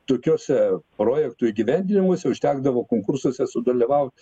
tokiose projektų įgyvendinimuose užtekdavo konkursuose sudalyvaut